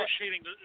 negotiating